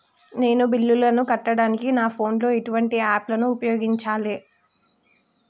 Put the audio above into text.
నేను బిల్లులను కట్టడానికి నా ఫోన్ లో ఎటువంటి యాప్ లను ఉపయోగించాలే?